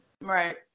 Right